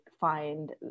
find